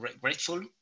grateful